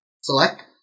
select